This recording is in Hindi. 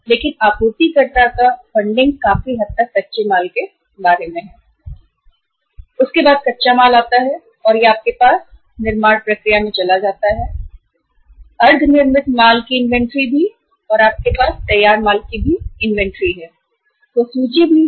लेकिन आपूर्तिकर्ता का फंडिंग काफी हद तक कच्चे माल से होती है उसके बाद जब कच्चा माल आता है और यह आपके पास निर्माण प्रक्रिया में चला जाता है आपके पास WIP की भी इन्वेंट्री है और तैयार माल की भी इन्वेंट्री है